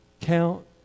Count